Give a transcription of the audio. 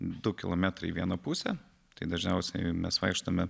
du kilometrai į vieną pusę tai dažniausiai mes vaikštome